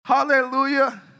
Hallelujah